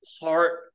heart